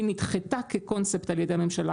היא נדחתה כקונספט על ידי הממשלה,